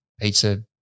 pizza